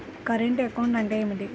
Current account అంటే ఏమిటి?